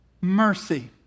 mercy